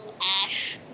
Ash